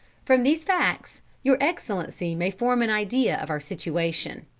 from these facts, your excellency may form an idea of our situation.